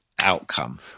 outcome